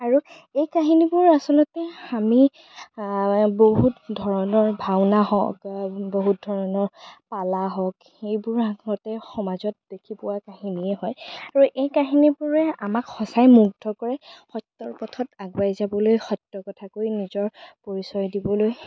আৰু এই কাহিনীবোৰ আচলতে আমি বহুত ধৰণাৰ ভাওনা হওঁক বা বহুত ধৰণৰ পালা হওঁক এইবোৰ আগতে সমাজত দেখি পোৱা কাহিনীয়ে হয় আৰু এই কাহিনীবোৰে আমাক সঁচাই মুগ্ধ কৰে সত্যৰ পথত আগুৱাই যাবলৈ সত্য কথা কৈ নিজৰ পৰিচয় দিবলৈ